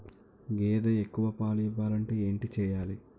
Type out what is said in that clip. గేదె ఎక్కువ పాలు ఇవ్వాలంటే ఏంటి చెయాలి?